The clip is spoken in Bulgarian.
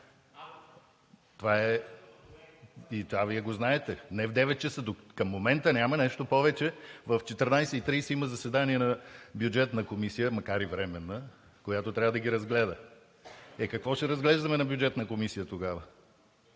обсъждаме? Това Вие го знаете. Не в 9,00 ч. – към момента няма нещо повече. В 14,30 ч. има заседание на Бюджетната комисия, макар и временна, която трябва да ги разгледа. Е, какво ще разглеждаме на Бюджетната комисия тогава?